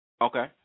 Okay